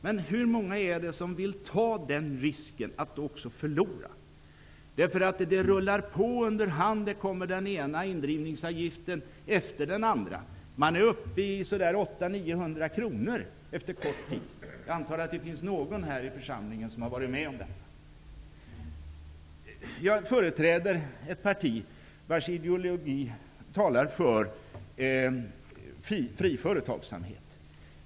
Men hur många är det som vill ta risken att förlora? Ärendet rullar på under hand. Det tillkommer den ena indrivningsavgiften efter den andra. Efter en kort tid kan kostnaden vara uppe i 800--900 kr. Jag antar att det finns någon här i församlingen som har varit med om detta. Jag företräder ett parti, vars ideologi talar för fri företagsamhet.